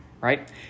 right